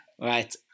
Right